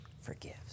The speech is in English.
forgives